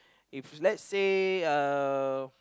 if let's say uh